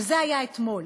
אבל זה היה אתמול.